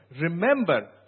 Remember